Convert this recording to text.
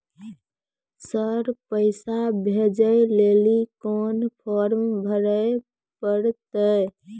Sir पैसा भेजै लेली कोन फॉर्म भरे परतै?